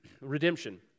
redemption